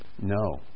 No